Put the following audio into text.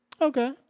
Okay